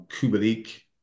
Kubelik